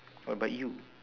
what about you